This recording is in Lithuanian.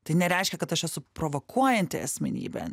tai nereiškia kad aš esu provokuojanti asmenybė